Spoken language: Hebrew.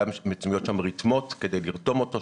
במקום הזה מצויות רתמות כדי לרתום אותו,